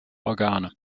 organe